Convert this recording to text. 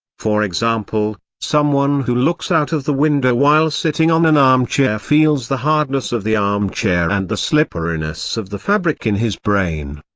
for example, someone who looks out of the window while sitting on an armchair feels the hardness of the armchair and the slipperiness of the fabric in his brain.